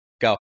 Go